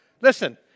Listen